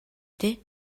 дээ